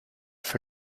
for